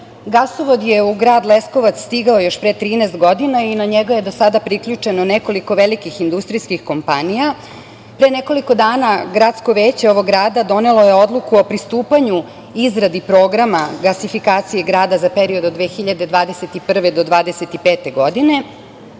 Gasovod je u grad Leskovac stigao još pre 13 godina i na njega je do sada priključeno nekoliko velikih industrijskih kompanija. Pre nekoliko dana gradsko veće ovog grada donelo je odluku o pristupanju izradi programa gasifikaciji grada za period 2021-2025. godine,